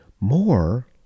more